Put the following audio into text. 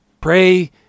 Pray